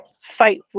fight